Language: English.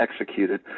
executed